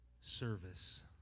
service